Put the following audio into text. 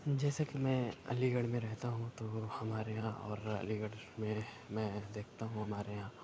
جیسے کہ میں علی گڑھ میں رہتا ہوں تو ہمارے یہاں اور علی گڑھ میں میں دیکھتا ہوں ہمارے یہاں